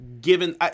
given